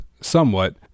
somewhat